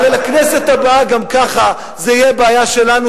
הרי בכנסת הבאה גם ככה זה יהיה בעיה שלנו,